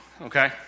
okay